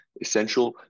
essential